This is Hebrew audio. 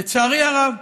לצערי הרב,